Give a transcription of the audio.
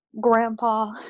grandpa